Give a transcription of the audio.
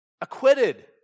acquitted